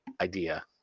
Idea